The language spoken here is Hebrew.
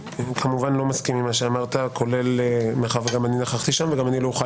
כמובן שאיני מסכים עם מה שאמרת וגם לא אוכל